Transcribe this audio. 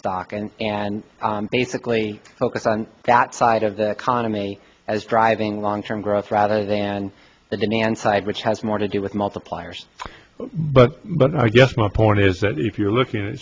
stock and and basically focus on that side of the economy as driving long term growth rather than the demand side which has more to do with multipliers but but i guess my point is that if you're looking